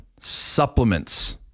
Supplements